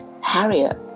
Harriet